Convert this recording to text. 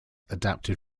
adapted